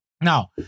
Now